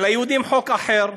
וליהודים הוא חוק אחר.